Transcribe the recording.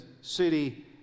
city